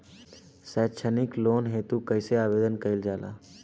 सैक्षणिक लोन हेतु कइसे आवेदन कइल जाला?